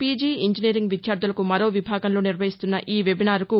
PG engineering విద్యార్దులకు ఒక విభాగంలో నిర్వహిస్తున్న ఈ వెబినార్కు